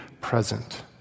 present